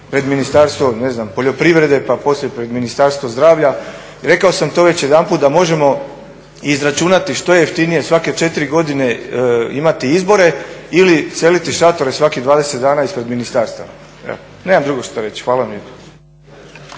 pred Ministarstvo ne znam, poljoprivrede, pa poslije pred Ministarstvo zdravlja. Rekao sam to već jedanput da možemo izračunati što je jeftinije, svake 4 godine imati izbore ili seliti šatore svakih 20 dana ispred ministarstava. Evo, nema drugo šta reći. Hvala vam lijepo.